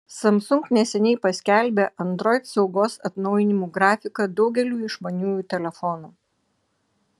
samsung neseniai paskelbė android saugos atnaujinimų grafiką daugeliui išmaniųjų telefonų